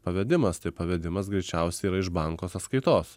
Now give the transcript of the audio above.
pavedimas tai pavedimas greičiausiai yra iš banko sąskaitos